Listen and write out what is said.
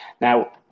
Now